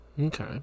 Okay